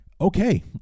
okay